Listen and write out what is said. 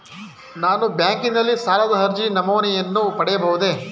ನಾನು ಬ್ಯಾಂಕಿನಲ್ಲಿ ಸಾಲದ ಅರ್ಜಿ ನಮೂನೆಯನ್ನು ಪಡೆಯಬಹುದೇ?